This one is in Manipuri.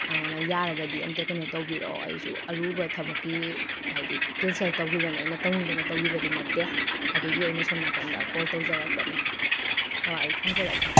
ꯑꯗꯨꯅ ꯌꯥꯔꯒꯗꯤ ꯑꯝꯇ ꯀꯩꯅꯣ ꯇꯧꯕꯤꯔꯛꯑꯣ ꯑꯩꯁꯨ ꯑꯔꯨꯕ ꯊꯕꯛꯀꯤ ꯍꯥꯏꯗꯤ ꯀꯦꯟꯁꯦꯜ ꯇꯧꯈꯤꯕꯅꯤ ꯑꯩꯅ ꯇꯧꯅꯤꯡꯗꯅ ꯇꯧꯈꯤꯕꯗꯤ ꯅꯠꯇꯦ ꯑꯗꯨꯒꯤ ꯑꯩꯅ ꯁꯣꯝ ꯅꯥꯀꯟꯗ ꯀꯣꯜ ꯇꯧꯖꯔꯛꯄꯅꯤ ꯍꯣꯏ ꯑꯩ ꯊꯝꯖꯔꯒꯦ